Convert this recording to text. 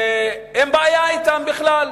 ואין בעיה אתם בכלל,